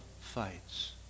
fights